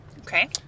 Okay